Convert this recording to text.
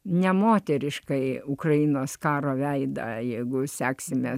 nemoteriškai ukrainos karo veidą jeigu seksime